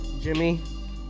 Jimmy